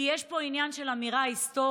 כי יש פה עניין של אמירה היסטורית.